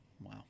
Wow